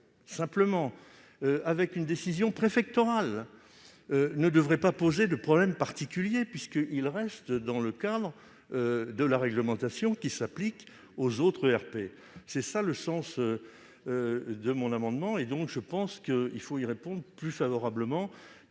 fondement d'une décision préfectorale, ne devrait pas poser de problème particulier, puisqu'ils resteraient dans le cadre de la réglementation qui s'applique aux autres ERP. Tel est le sens de mon amendement, auquel il faut répondre plus favorablement